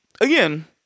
again